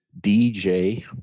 DJ